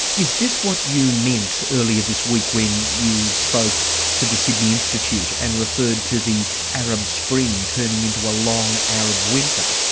is this what you meant earlier this week when you spoke to the sydney institute and referred to the arab spring turning into a long arab winter?